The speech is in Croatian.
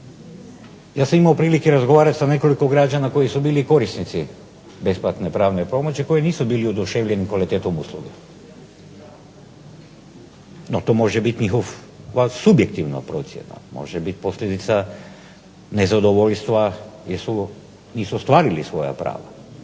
Ja sam imao prilike razgovarati sa nekoliko građana koji su bili korisnici besplatne pravne pomoći koji nisu bili oduševljeni kvalitetom usluge. No to može biti njihova subjektivna procjena, može biti posljedica nezadovoljstva jer nisu ostvarili svoja prava.